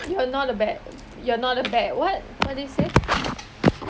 you're not a bad you're not a bad what what did you say